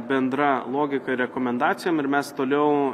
bendra logika ir rekomendacijom ir mes toliau